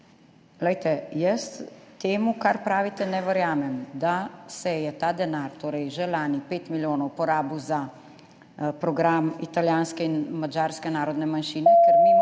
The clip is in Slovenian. Gorščak. Jaz temu, kar pravite, ne verjamem, da se je ta denar, torej že lani 5 milijonov, porabil za program italijanske in madžarske narodne manjšine, ker mimogrede